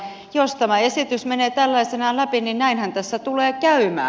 jos tämä esitys menee tällaisenaan läpi niin näinhän tässä tulee käymään